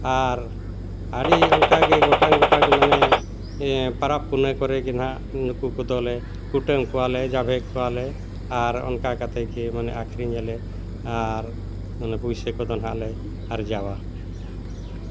ᱟᱨ ᱟᱹᱰᱤ ᱚᱱᱠᱟᱜᱮ ᱜᱚᱴᱟᱝ ᱜᱚᱴᱟᱜ ᱢᱟᱱᱮ ᱯᱟᱨᱟᱵᱽ ᱯᱩᱱᱟᱹᱭ ᱠᱚᱨᱮᱜᱮ ᱱᱟᱜ ᱱᱩᱠᱩ ᱠᱚᱫᱚᱞᱮ ᱠᱩᱴᱟᱹᱢ ᱠᱚᱣᱟᱞᱮ ᱡᱟᱵᱷᱮ ᱠᱚᱣᱟᱞᱮ ᱟᱨ ᱚᱱᱠᱟ ᱠᱟᱛᱮᱫ ᱜᱮ ᱢᱟᱱᱮ ᱟᱹᱠᱷᱨᱤᱧ ᱟᱞᱮ ᱟᱨ ᱚᱱᱟ ᱯᱩᱭᱥᱟᱹ ᱠᱚᱫᱚ ᱱᱟᱦᱟᱜᱞᱮ ᱟᱨᱡᱟᱣᱟ